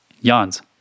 yawns